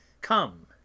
Come